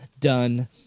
Done